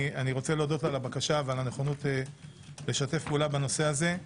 אני רוצה להודות לו על הבקשה ועל הנכונות לשתף פעולה בנושא הזה.